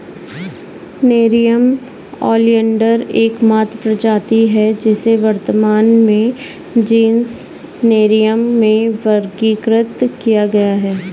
nerium oleander एकमात्र प्रजाति है जिसे वर्तमान में जीनस नेरियम में वर्गीकृत किया गया है